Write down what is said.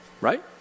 Right